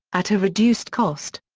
at a reduced cost.